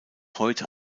heute